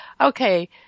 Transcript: Okay